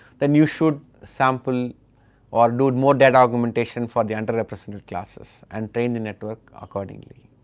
then you should sample or to motivate augmentation for the underrepresented classes and train the network accordingly,